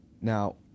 now